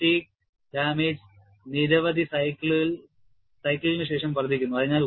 ഈ fatigue damage നിരവധി cycle ഇന് ശേഷം വർദ്ധിക്കുന്നു